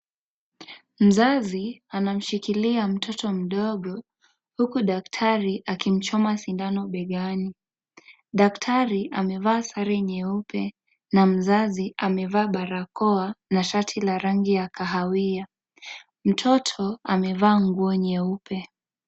Mzazi anamshikilia mtoto mdogo huku daktari akimchoma sindano begani. Daktari amevaa sare nyeupe na mzazi amevaa barakoa na shati la rangi ya kahawia. Mtoto amevaa nguo nyeupe.